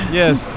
yes